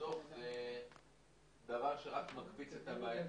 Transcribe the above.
לדוח זה דבר שרק מקפיץ את הבעייתיות.